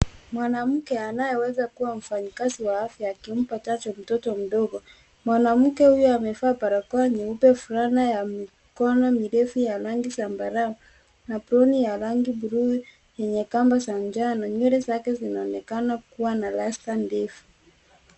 Mwanamke anayeweza kuwa mfanyakazi wa afya akimpa chanjo mtoto mdogo. Mwanamke huyo amevaa barakoa nyeupe, fulana ya mikono mirefu ya rangi zambarau, aproni ya rangi bluu yenye kamba za njano. Nywele zake zinaonekana kuwa na rasta ndefu.